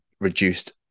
reduced